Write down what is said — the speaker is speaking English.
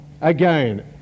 again